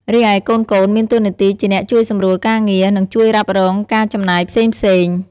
រីឯ កូនៗ មានតួនាទីជាអ្នកជួយសម្រួលការងារ និងជួយរ៉ាប់រងការចំណាយផ្សេងៗ។